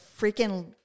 freaking